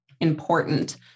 important